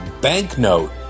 Banknote